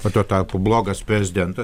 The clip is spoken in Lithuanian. o tuo tarpu blogas prezidentas